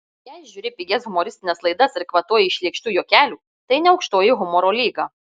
jei žiūri pigias humoristines laidas ir kvatoji iš lėkštų juokelių tai ne aukštoji humoro lyga